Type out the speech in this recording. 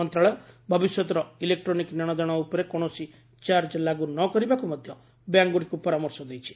ମନ୍ତ୍ରଶାଳୟ ଭବିଷ୍ୟତର ଇଲେକ୍ଟ୍ରୋନିକ୍ ନେଶଦେଶ ଉପରେ କୌଣସି ଚାର୍ଚ୍ଚ ଲାଗୁ ନ କରିବାକୁ ମଧ୍ୟ ବ୍ୟାଙ୍କଗୁଡ଼ିକୁ ପରାମର୍ଶ ଦେଇଛି